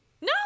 No